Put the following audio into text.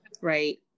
right